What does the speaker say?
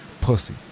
Pussy